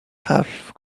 half